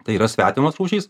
tai yra svetimos rūšys